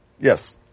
Yes